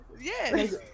yes